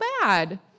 bad